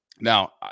Now